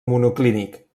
monoclínic